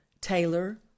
Taylor